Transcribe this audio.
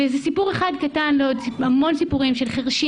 זה סיפור אחד קטן ועוד המון סיפורים של חירשים